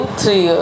three